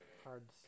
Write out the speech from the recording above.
Hard